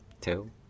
two